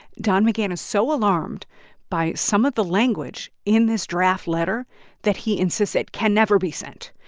don mcgahn is so alarmed by some of the language in this draft letter that he insists it can never be sent.